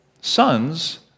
sons